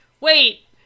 Wait